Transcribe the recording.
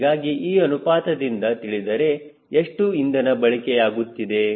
ಹೀಗಾಗಿ ಈ ಅನುಪಾತದಿಂದ ತಿಳಿದರೆ ಎಷ್ಟು ಇಂಧನ ಬಳಕೆಯಾಗುತ್ತಿದೆ